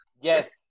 Yes